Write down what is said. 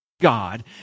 God